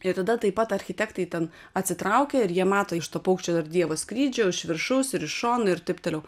ir tada taip pat architektai ten atsitraukia ir jie mato iš to paukščio ar dievo skrydžio iš viršaus ir iš šonų ir taip toliau